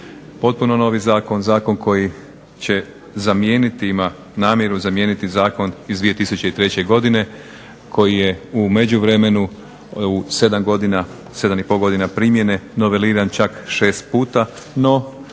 potpuno novi zakon, zakon koji će zamijeniti, ima namjeru zamijeniti zakon iz 2003. godine koji je u međuvremenu u 7 godina, 7 i pol godina primjene noveliran čak 6 puta. No